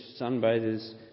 sunbathers